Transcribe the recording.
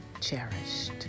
cherished